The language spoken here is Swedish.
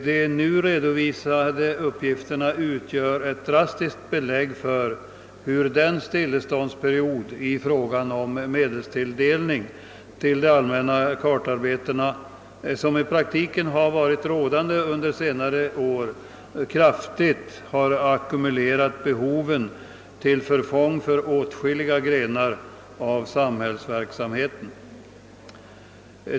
De nu redovisade uppgifterna utgör ett drastiskt belägg för hur den stilleståndsperiod i fråga om medelstilldelning till de allmänna kartarbetena, som i praktiken varit rådande under senare år, kraftigt har ackumulerat behoven till förfång för åtskilliga grenar av samhällsverksamheten.